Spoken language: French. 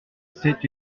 c’est